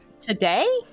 today